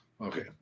Okay